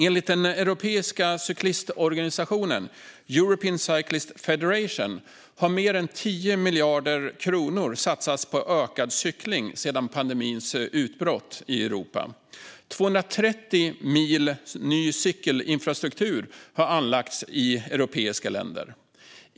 Enligt den europeiska cyklistorganisationen European Cyclists' Federation har mer än 10 miljarder kronor satsats på ökad cykling sedan pandemins utbrott i Europa, och 230 mil ny cykelinfrastruktur har anlagts i europeiska länder.